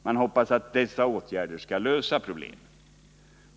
Man hoppas att dessa åtgärder skall lösa problemet.